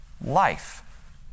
life